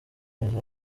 neza